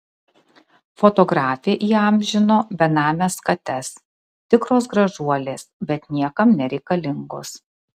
fotografė įamžino benames kates tikros gražuolės bet niekam nereikalingos